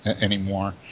anymore